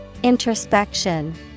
Introspection